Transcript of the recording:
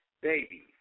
Baby